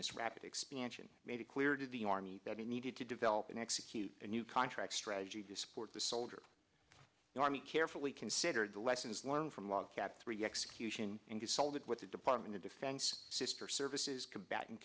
this rapid expansion made it clear to the army that it needed to develop and execute a new contract strategy to support the soldier the army carefully considered the lessons learned from log cap three execution and consulted with the department of defense sr services combat